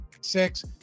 six